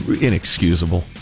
inexcusable